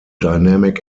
dynamic